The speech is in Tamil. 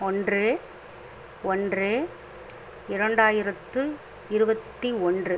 ஒன்று ஒன்று இரண்டாயிரத்து இருபத்தி ஒன்று